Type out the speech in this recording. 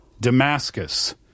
Damascus